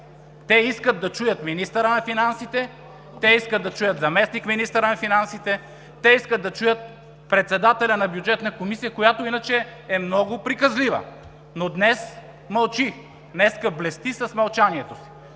Те искат да чуят министъра на финансите, те искат да чуят заместник-министъра на финансите, те искат да чуят председателя на Бюджетна комисия, която иначе е много приказлива, но днес мълчи – днес блести с мълчанието си.